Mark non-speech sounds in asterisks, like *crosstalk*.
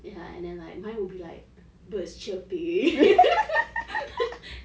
ya and then like mine will be like birds chirping *laughs*